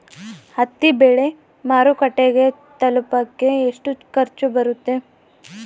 ಹತ್ತಿ ಬೆಳೆ ಮಾರುಕಟ್ಟೆಗೆ ತಲುಪಕೆ ಎಷ್ಟು ಖರ್ಚು ಬರುತ್ತೆ?